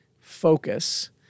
focus